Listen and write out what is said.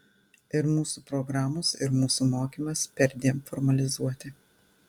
ir mūsų programos ir mūsų mokymas perdėm formalizuoti